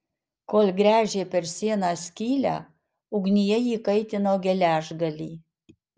kol gręžė per sieną skylę ugnyje įkaitino geležgalį